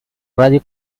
radio